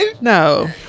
No